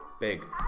big